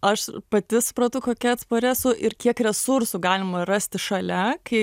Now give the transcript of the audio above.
aš pati supratau kokia atspari esu ir kiek resursų galima rasti šalia kai